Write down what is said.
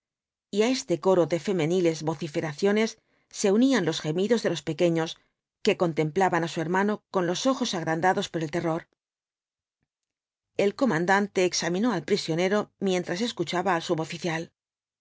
á este coro de femeniles vociferaciones se unían los gemidos de los pequeños que contemplaban á su hermano con los ojos agrandados por el terror el comandante examinó al prisionero mientras escuchaba al suboficial